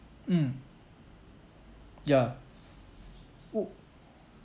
mm ya